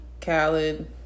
Khaled